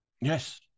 Yes